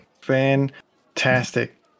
Fantastic